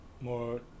more